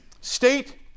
state